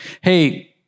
hey